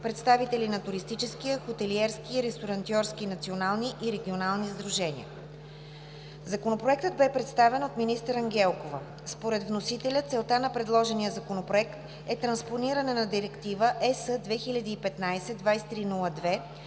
представители на туристически, хотелиерски и ресторантьорски национални и регионални сдружения. Законопроектът бе представен от министър Ангелкова. Според вносителя целта на предложения Законопроект е транспониране на Директива (ЕС) 2015/2302